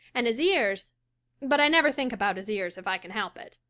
and his ears but i never think about his ears if i can help it.